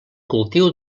cultiu